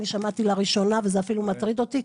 אני שמעתי לראשונה וזה מטריד אותי,